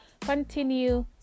Continue